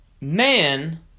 man